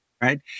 right